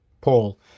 Paul